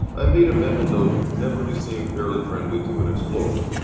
i made a mental note never to seem fairly friendly to an explorer.